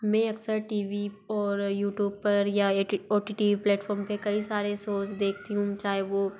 मैं अक्सर TV और यूटूप पर या ये ओ टी टी प्लेटफॉम पर कई सारे सोज़ देकती हूँ चाहे वो